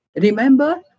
Remember